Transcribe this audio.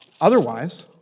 Otherwise